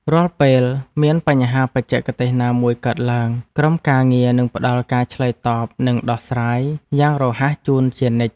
រាល់ពេលមានបញ្ហាបច្ចេកទេសណាមួយកើតឡើង ក្រុមការងារនឹងផ្តល់ការឆ្លើយតបនិងដោះស្រាយយ៉ាងរហ័សជូនជានិច្ច។